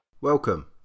Welcome